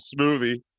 smoothie